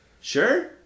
Sure